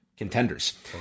Contenders